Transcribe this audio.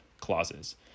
clauses